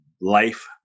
life